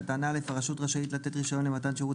4.א.הרשות רשאית לתת רישיון למתן שירות